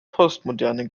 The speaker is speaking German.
postmoderne